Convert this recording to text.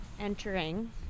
Entering